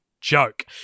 joke